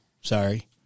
Sorry